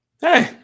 Hey